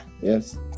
yes